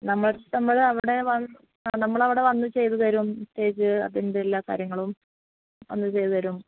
ആ നമ്മളവിടെ വന്ന് ചെയ്തുതരും സ്റ്റേജ് അതിൻ്റെ എല്ലാ കാര്യങ്ങളും വന്ന് ചെയ്തുതരും